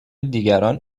دیگران